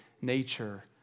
nature